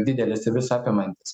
didelis ir visa apimantis